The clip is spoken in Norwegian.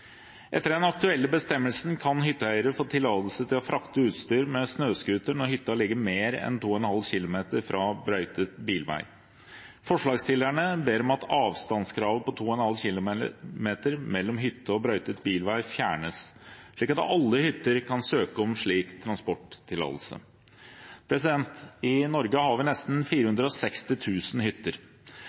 Etter den aktuelle bestemmelsen kan hytteeiere få tillatelse til å frakte utstyr med snøscooter når hytta ligger mer enn 2,5 km fra brøytet bilvei. Forslagsstillerne ber om at avstandskravet på 2,5 km mellom hytte og brøytet bilvei fjernes, slik at alle hytter kan søke om slik transporttillatelse. I Norge har vi nesten 460 000 hytter.